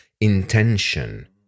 intention